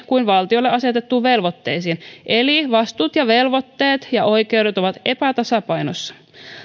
kuin valtiolle asetettuihin velvoitteisiin eli vastuut ja velvoitteet ja oikeudet ovat epätasapainossa